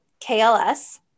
KLS